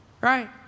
right